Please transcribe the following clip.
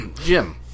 Jim